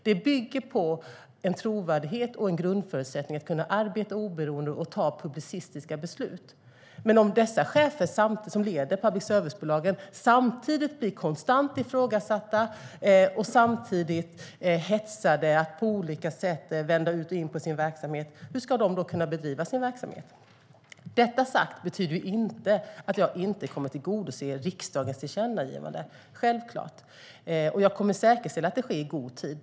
Det bygger på en trovärdighet och en grundförutsättning som handlar om att de kan arbeta oberoende och ta publicistiska beslut. Men om dessa chefer som leder public service-bolagen samtidigt blir konstant ifrågasatta och hetsade att på olika sätt vända ut och in på sin verksamhet, hur ska de då kunna bedriva sin verksamhet? Att jag säger detta betyder självklart inte att jag inte kommer att tillgodose riksdagens tillkännagivande. Jag kommer att säkerställa att det sker i god tid.